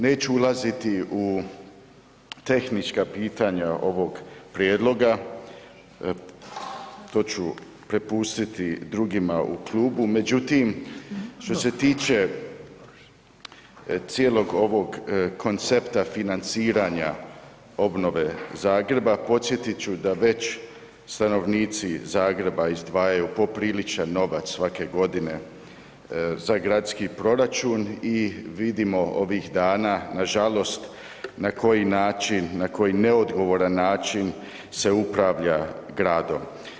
Neću ulaziti u tehnička pitanja ovog prijedloga, to ću prepustiti drugima u klubu, međutim što se tiče cijelog ovog koncepta financiranja Zagreba, podsjetit ću da već stanovnici Zagreba izdvajaju popriličan novac svake godine za gradski proračun i vidimo ovih dana nažalost na koji način, na koji neodgovoran način se upravlja gradom.